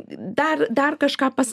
dar dar kažką pas